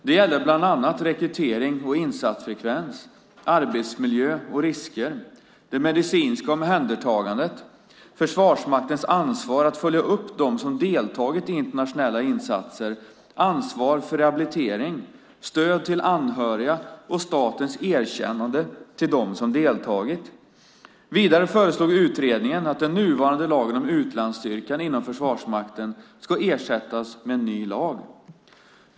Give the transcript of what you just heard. Det gällde bland annat rekrytering och insatsfrekvens, arbetsmiljö och risker, det medicinska omhändertagandet, Försvarsmaktens ansvar att följa upp dem som deltagit i internationella insatser, ansvaret för rehabilitering, stödet till anhöriga och statens erkännande till dem som deltagit. Vidare föreslog utredningen att den nuvarande lagen om utlandsstyrkan inom Försvarsmakten ska ersättas med en ny lag.